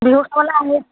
বিহু খাবলৈ আহি